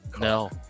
No